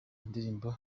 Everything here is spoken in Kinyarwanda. ndirimbo